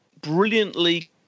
brilliantly